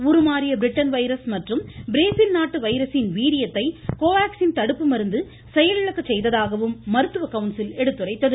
உருமாறிய Britain virus மற்றும் Brazil நாட்டு வைரஸின் வீரியத்தை கோவாக்ஸின் தடுப்பு மருந்து செயலிழக்கச் செய்ததாகவும் மருத்துவ கவுன்சில் எடுத்துரைத்தது